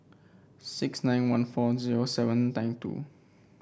six nine one four zero seven nine two